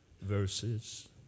verses